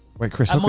wait chris,